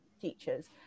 teachers